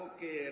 que